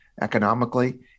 economically